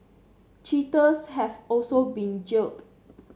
cheaters have also been jailed